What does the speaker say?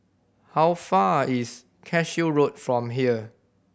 how far is Cashew Road from here